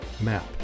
Map